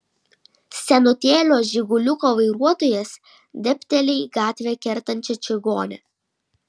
senutėlio žiguliuko vairuotojas dėbteli į gatvę kertančią čigonę